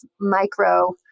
micro